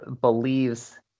believes